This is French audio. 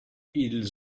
ils